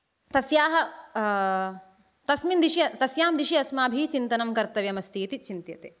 तस्याः तस्मिन् दिशि तस्यां दिशि अस्माभिः चिन्तनं कर्तव्यमस्ति इति चिन्त्यते